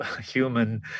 human